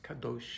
kadosh